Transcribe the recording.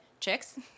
chicks